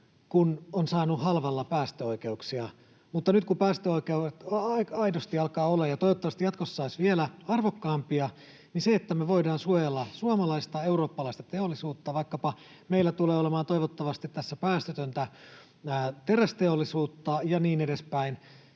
kun sai halvalla päästöoikeuksia. Mutta nyt kun päästöoikeudet aidosti alkavat olemaan arvokkaita ja toivottavasti jatkossa olisivat vielä arvokkaampia, niin hiilitulleilla me voidaan suojella suomalaista ja eurooppalaista teollisuutta — meillä tulee olemaan toivottavasti tässä vaikkapa päästötöntä terästeollisuutta ja niin edespäin